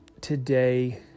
today